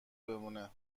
بمانه